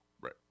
Right